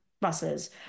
buses